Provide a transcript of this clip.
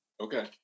Okay